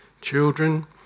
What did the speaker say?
children